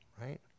right